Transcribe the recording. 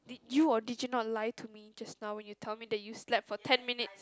did you or did you not lie to me just now when you tell me that you slept for ten minutes